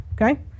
okay